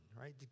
right